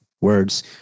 Words